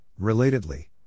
relatedly